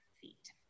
feet